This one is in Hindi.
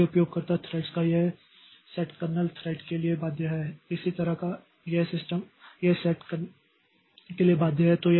इसलिए उपयोगकर्ता थ्रेड्स का यह सेट कर्नेल थ्रेड के लिए बाध्य है इसी तरह यह सेट करने के लिए बाध्य है